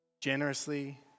generously